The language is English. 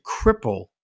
cripple